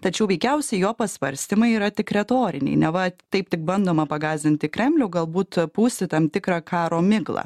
tačiau veikiausiai jo pasvarstymai yra tik retoriniai neva taip tik bandoma pagąsdinti kremlių galbūt pūsti tam tikrą karo miglą